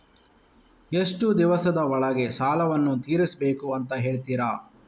ಎಷ್ಟು ದಿವಸದ ಒಳಗೆ ಸಾಲವನ್ನು ತೀರಿಸ್ಬೇಕು ಅಂತ ಹೇಳ್ತಿರಾ?